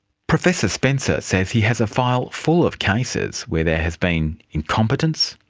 professor spencer says he has a file full of cases where there has been incompetence,